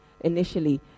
initially